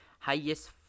Highest